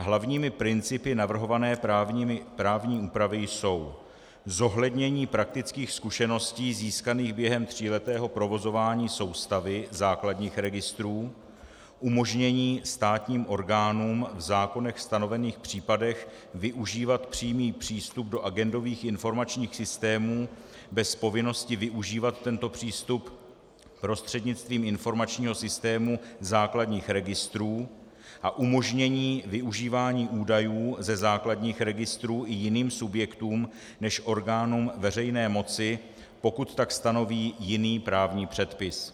Hlavními principy navrhované právní úpravy jsou zohlednění praktických zkušeností získaných během tříletého provozování soustavy základních registrů, umožnění státním orgánům v zákonech stanovených případech využívat přímý přístup do agendových informačních systémů bez povinnosti využívat tento přístup prostřednictvím informačního systému základních registrů a umožnění využívání údajů ze základních registrů i jiným subjektům než orgánům veřejné moci, pokud tak stanoví jiný právní předpis.